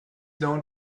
known